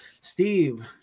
Steve